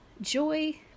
joy